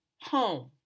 home